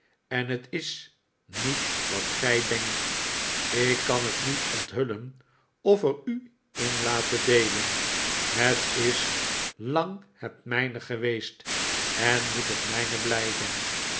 en het is niet wat gij denkt ik kan het niet onthullen of er u in laten deelen het is lang het mijne geweest en moet het mijne blijven